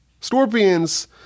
scorpions